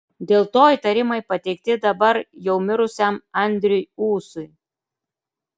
dėl to įtarimai pateikti dabar jau mirusiam andriui ūsui